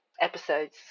episodes